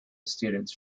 students